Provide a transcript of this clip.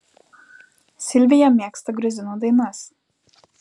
silvija mėgsta gruzinų dainas